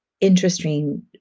interesting